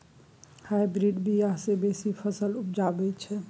hybrid बीया सँ बेसी फसल उपजै छै